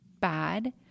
bad